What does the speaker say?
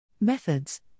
Methods